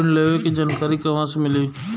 ऋण लेवे के जानकारी कहवा से मिली?